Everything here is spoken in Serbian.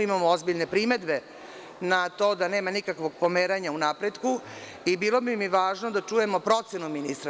Imamo ozbiljne primedbe na to da nema nikakvog pomeranja u napretku i bilo bi mi važno da čujemo procenu ministra.